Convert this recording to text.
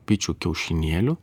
bičių kiaušinėlių